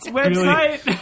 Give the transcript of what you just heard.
website